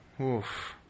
oof